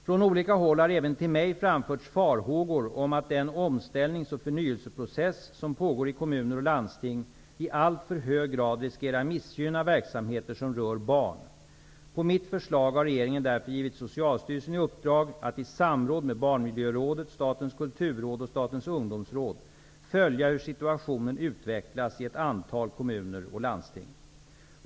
Från olika håll har även till mig framförts farhågor om att den omställnings och förnyelseprocess som pågår i kommuner och landsting i alltför hög grad riskerar missgynna verksamheter som rör barn. På mitt förslag har regeringen därför givit Socialstyrelen i uppdrag att i samråd med Barnmiljörådet, Statens kulturråd och Statens ungdomsråd följa hur situationen utvecklas i ett antal kommuner och landsting.